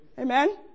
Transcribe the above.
Amen